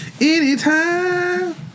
Anytime